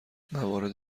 مواد